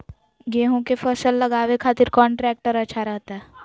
गेहूं के फसल लगावे खातिर कौन ट्रेक्टर अच्छा रहतय?